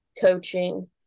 coaching